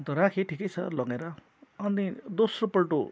अन्त राखेँ ठिकै छ लगेर अनि दोस्रेपल्ट